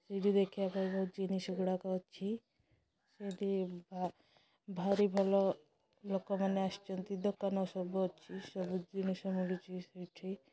ସେଇଠି ଦେଖିବା ପାଇଁ ବହୁତ ଜିନିଷ ଗୁଡ଼ାକ ଅଛି ସେଇଠି ଭାରି ଭଲ ଲୋକମାନେ ଆସିଛନ୍ତି ଦୋକାନ ସବୁ ଅଛି ସବୁ ଜିନିଷ ମିଳୁଛି ସେଇଠି